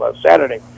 Saturday